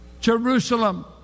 Jerusalem